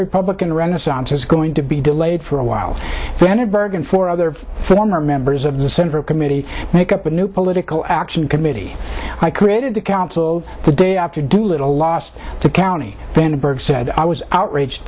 republican renaissance is going to be delayed for a while then it bargained for other former members of the central committee make up a new political action committee i created to council the day after doolittle lost to county said i was outraged